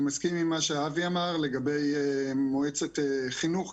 אני מסכים עם מה שאבי אמר לגבי מועצת חינוך.